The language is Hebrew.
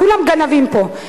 כולם גנבים פה.